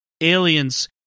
aliens